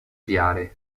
wiary